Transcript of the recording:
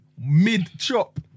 Mid-chop